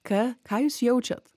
k ką jūs jaučiat